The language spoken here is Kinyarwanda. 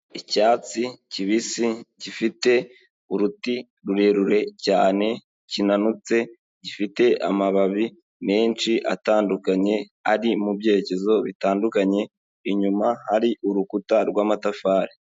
Icyatsi kibisi gifite uruti rurerure cyane, kinanutse gifite amababi menshi atandukanye, ari mu byerekezo bitandukanye, inyuma hari urukuta rw'amatafari.